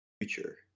future